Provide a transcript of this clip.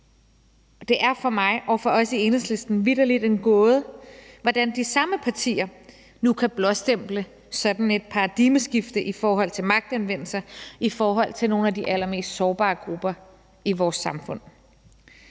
Det er for mig og os i Enhedslisten vitterlig en gåde, hvordan de samme partier nu kan blåstemple sådan et paradigmeskifte i forhold til magtanvendelse i forhold til nogle af de allermest sårbare grupper i vores samfund.